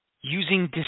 using